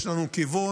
יש לנו כיוון.